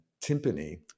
timpani